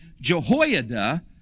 Jehoiada